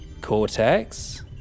Cortex